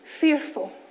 fearful